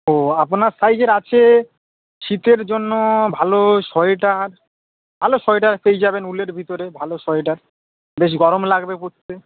ও আপনার সাইজের আছে শীতের জন্য ভালো সোয়েটার ভালো সোয়েটার পেয়ে যাবেন উলের ভিতরে ভালো সোয়েটার বেশ গরম লাগবে পরতে